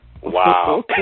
Wow